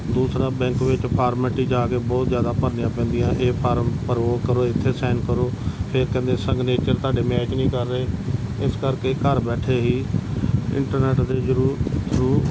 ਦੂਸਰਾ ਬੈਂਕ ਵਿੱਚ ਫਾਰਮੈਟੀ ਜਾ ਕੇ ਬਹੁਤ ਜ਼ਿਆਦਾ ਭਰਨੀਆਂ ਪੈਂਦੀਆਂ ਇਹ ਫਾਰਮ ਭਰੋ ਕਰੋ ਇੱਥੇ ਸਾਈਨ ਕਰੋ ਫਿਰ ਕਹਿੰਦੇ ਸਿਗਨੇਚਰ ਤੁਹਾਡੇ ਮੈਚ ਨਹੀਂ ਕਰ ਰਹੇ ਇਸ ਕਰਕੇ ਘਰ ਬੈਠੇ ਹੀ ਇੰਟਰਨੈਟ ਦੇ ਜਰੂ ਥਰੂ